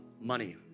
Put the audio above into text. money